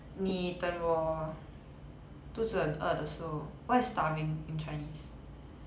你等我肚子很饿的时候 what is starving in chinese